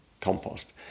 compost